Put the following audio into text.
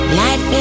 life